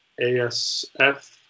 ASF